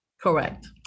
Correct